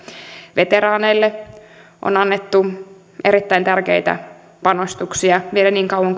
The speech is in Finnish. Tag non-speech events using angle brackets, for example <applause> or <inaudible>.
veteraaneille on annettu erittäin tärkeitä panostuksia vielä niin kauan <unintelligible>